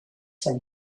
some